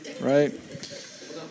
Right